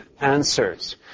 answers